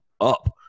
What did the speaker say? up